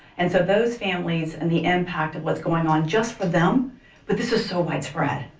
and so those families and the impact of what's going on just for them but this is so widespread.